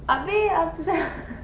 abeh asal